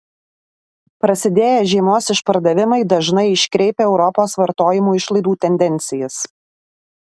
prasidėję žiemos išpardavimai dažnai iškreipia europos vartojimo išlaidų tendencijas